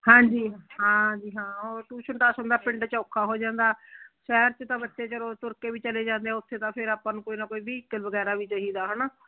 ਹਾਂਜੀ ਹਾਂ ਜੀ ਹਾਂ ਉਹ ਟਿਊਸ਼ਨ ਟਾਸ਼ਨ ਦਾ ਪਿੰਡ 'ਚ ਔਖਾ ਹੋ ਜਾਂਦਾ ਸ਼ਹਿਰ 'ਚ ਤਾਂ ਬੱਚੇ ਚਲੋ ਤੁਰ ਕੇ ਵੀ ਚਲੇ ਜਾਂਦੇ ਆ ਉੱਥੇ ਤਾਂ ਫਿਰ ਆਪਾਂ ਨੂੰ ਕੋਈ ਨਾ ਕੋਈ ਵਹੀਕਲ ਵਗੈਰਾ ਵੀ ਚਾਹੀਦਾ ਹੈ ਨਾ